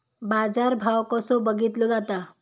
बाजार भाव कसो बघीतलो जाता?